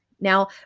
Now